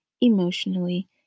emotionally